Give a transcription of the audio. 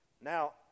Now